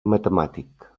matemàtic